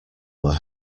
were